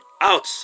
out